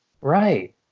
Right